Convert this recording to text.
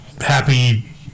happy